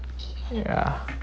ya